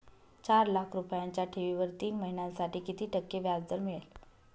चार लाख रुपयांच्या ठेवीवर तीन महिन्यांसाठी किती टक्के व्याजदर मिळेल?